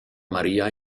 maria